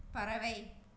பறவை